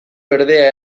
berdea